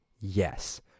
Yes